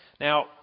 Now